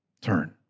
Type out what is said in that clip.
turn